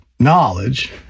Knowledge